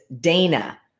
Dana